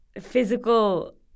physical